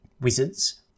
wizards